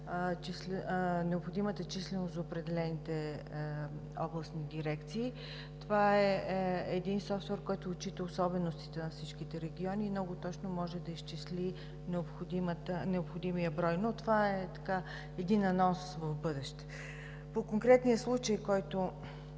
необходимата численост за съответните областни дирекции. Това е софтуер, който отчита особеностите на всички региони и много точно може да изчисли необходимия брой. Това обаче е анонс за бъдеще. По конкретния случай, който